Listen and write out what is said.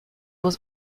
was